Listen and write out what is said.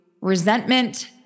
resentment